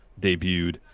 debuted